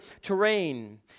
terrain